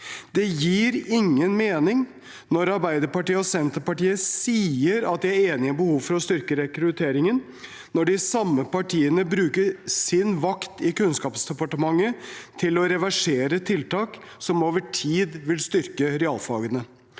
Det gir ingen mening at Arbeiderpartiet og Senterpartiet sier de er enig i behovet for å styrke rekrutteringen, når de samme partiene bruker sin vakt i Kunnskapsdepartementet til å reversere tiltak som over tid vil styrke realfagene.